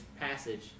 passage